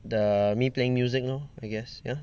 the me playing music lor I guess ya